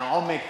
מהעומק,